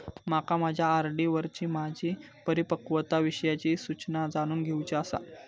माका माझ्या आर.डी वरची माझी परिपक्वता विषयची सूचना जाणून घेवुची आसा